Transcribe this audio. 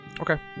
Okay